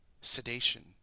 Sedation